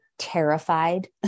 terrified